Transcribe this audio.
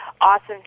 awesome